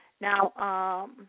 Now